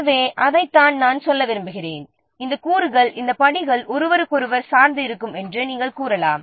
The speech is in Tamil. எனவே அதைத்தான் நான் சொல்ல விரும்புகிறேன் இந்த படிகள் ஒருவருக்கொருவர் சார்ந்து இருக்கும் என்று நாம் கூறலாம்